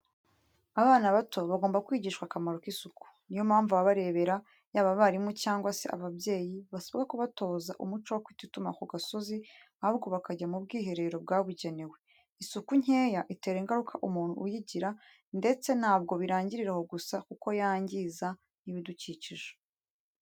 Abana bato bagomba kwigishwa akamaro k'isuku. Niyo mpamvu ababarera yaba abarimu cyangwa se ababyeyi basabwa kubatoza umuco wo kutituma ku gasozi, ahubwo bakajya mu bwiherero bwabugenewe. Isuku nkeya itera ingaruka umuntu uyigira ndetse ntabwo birangirira aho gusa kuko yangiza n'ibidukikije.